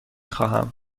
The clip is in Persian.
خواهم